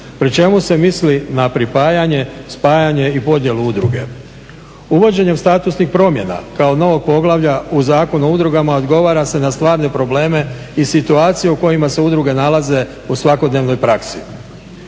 pri čemu se misli na pripajanje, spajanje i podjelu udruge. Uvođenjem statusnih promjena kao novog poglavlja u Zakonu o udrugama odgovara se na stvarne probleme i situacije u kojima se udruge nalaze u svakodnevnoj praksi.